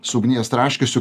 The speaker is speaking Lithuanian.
su ugnies traškesiu